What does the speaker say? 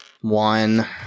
one